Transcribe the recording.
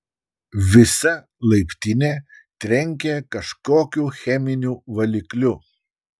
visa laiptinė trenkė kažkokiu cheminiu valikliu